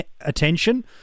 attention